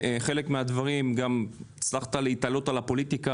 בחלק מהדברים הצלחת להתעלות על הפוליטיקה,